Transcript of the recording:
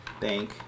bank